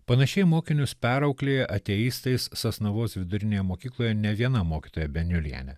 panašiai mokinius perauklėja ateistais sasnavos vidurinėje mokykloje ne viena mokytoja beniulienė